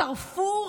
שרפו,